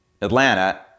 Atlanta